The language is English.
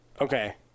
Okay